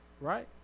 right